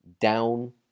Down